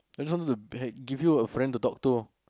I just wanted to h~ give you a friend to talk to